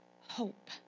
hope